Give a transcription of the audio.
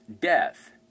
death